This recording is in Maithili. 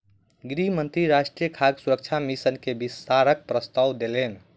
गृह मंत्री राष्ट्रीय खाद्य सुरक्षा मिशन के विस्तारक प्रस्ताव देलैन